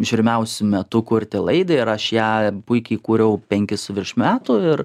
žiūrimiausiu metu kurti laidą ir aš ją puikiai kūriau penkis su virš metų ir